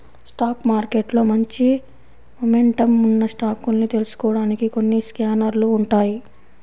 stock మార్కెట్లో మంచి momentum ఉన్న స్టాకుల్ని తెలుసుకోడానికి కొన్ని స్కానర్లు ఉంటాయ్